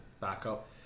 backup